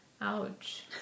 Ouch